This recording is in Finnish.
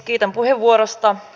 kiitän puheenvuorosta